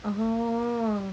oh